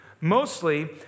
Mostly